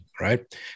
right